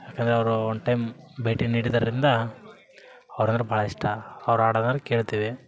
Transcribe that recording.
ಯಾಕಂದರೆ ಅವರು one time ಭೇಟಿ ನೀಡಿದರಿಂದ ಅವರಂದ್ರೆ ಭಾಳ ಇಷ್ಟ ಅವ್ರು ಆಡೋದಂದ್ರೆ ಕೇಳ್ತಿವಿ